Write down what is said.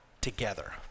together